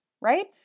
right